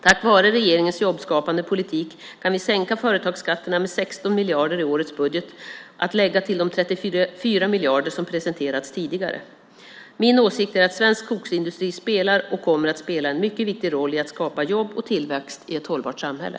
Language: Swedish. Tack vare regeringens jobbskapande politik kan vi sänka företagsskatterna med 16 miljarder i årets budget, att lägga till de 34 miljarder som presenterats tidigare. Min åsikt är att svensk skogsindustri spelar och kommer att spela en mycket viktig roll i att skapa jobb och tillväxt i ett hållbart samhälle.